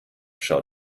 schau